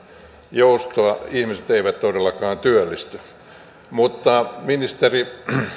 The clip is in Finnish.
joustoa ihmiset eivät todellakaan työllisty mutta ministeri